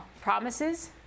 promises